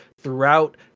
throughout